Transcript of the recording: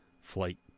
Flight